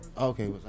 Okay